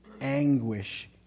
anguish